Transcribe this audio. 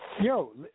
Yo